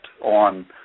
on